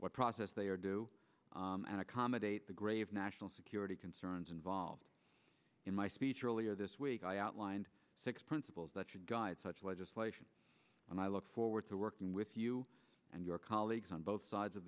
what process they are due and accommodate the grave national security concerns involved in my speech earlier this week i outlined six principles that should guide such legislation and i look forward to working with you and your colleagues on both sides of